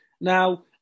Now